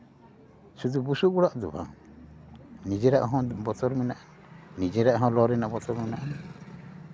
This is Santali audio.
ᱥᱩᱫᱷᱩ ᱵᱩᱥᱩᱵ ᱚᱲᱟᱜ ᱫᱚ ᱵᱟᱝ ᱱᱤᱡᱮᱨᱟᱜ ᱦᱚᱸ ᱵᱚᱛᱚᱨ ᱢᱮᱱᱟᱜᱼᱟ ᱱᱤᱡᱮᱨᱟᱜ ᱦᱚᱸ ᱞᱚ ᱨᱮᱱᱟᱜ ᱵᱚᱛᱚᱨ ᱢᱮᱱᱟᱜᱼᱟ